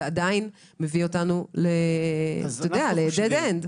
ועדיין מביא אותנו ל-dead end.